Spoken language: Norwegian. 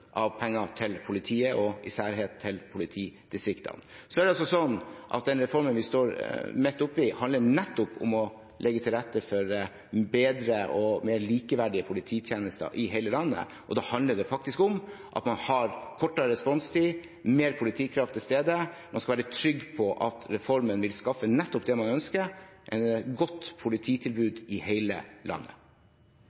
av penger til politiet og i særdeleshet til politidistriktene. Den reformen vi står midt oppe i, handler nettopp om å legge til rette for bedre og mer likeverdige polititjenester i hele landet, og da handler det faktisk om at man har kortere responstid, mer politikraft til stede, og man skal være trygg på at reformen vil skaffe nettopp det man ønsker – et godt